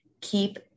Keep